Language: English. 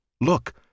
Look